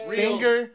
finger